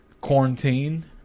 quarantine